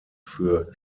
für